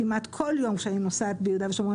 כמעט כל יום כשאני נוסעת ביהודה ושומרון,